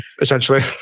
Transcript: Essentially